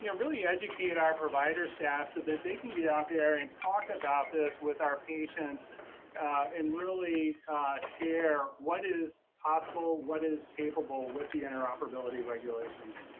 you know really educate our provider staff so that they can get out there and talk about this with our patients in really share what is possible. what is capable with the interoperability regulations.